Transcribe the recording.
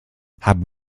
habe